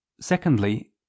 secondly